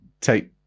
take